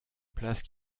place